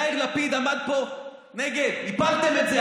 יאיר לפיד עמד פה נגד, הפלתם את זה.